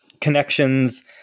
connections